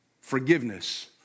forgiveness